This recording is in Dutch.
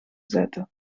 zetten